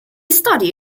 studied